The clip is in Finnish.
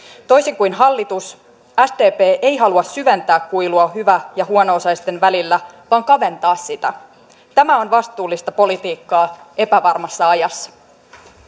toisin kuin hallitus sdp ei halua syventää kuilua hyvä ja huono osaisten välillä vaan kaventaa sitä tämä on vastuullista politiikkaa epävarmassa ajassa